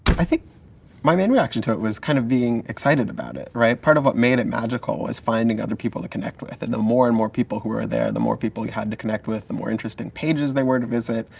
i think my main reaction to it was kind of being excited about it, right. part of what made it magical was finding other people to connect with. and the more and more people who were there, the more people you had to connect with, the more interested in pages they were to visit,